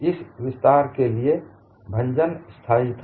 इस विस्तार के लिए भंजन स्थाई था